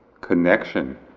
connection